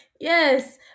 Yes